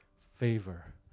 favor